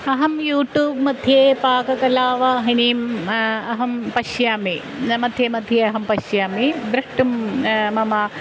अहं यूटूब्मध्ये पाककला वाहिनीम् अहं पश्यामि न मध्ये मध्ये अहं पश्यामि द्रष्टुं मम